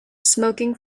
smoking